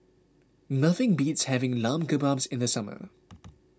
nothing beats having Lamb Kebabs in the summer